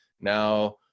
now